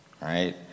right